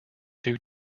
due